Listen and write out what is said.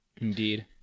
Indeed